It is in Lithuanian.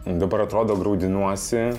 dabar atrodo graudinuosi